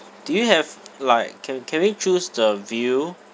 do you have like can can we choose the view